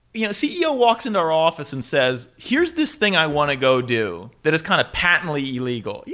you know ceo walks into our office and says, here's this thing i want to go do that is kind of patently illegal. yeah